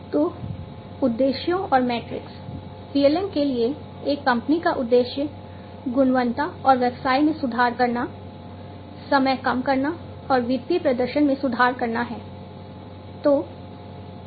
तो उद्देश्यों और मैट्रिक्स PLM के लिए एक कंपनी का उद्देश्य गुणवत्ता और व्यवसाय में सुधार करना समय कम करना और वित्तीय प्रदर्शन में सुधार करना है